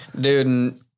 Dude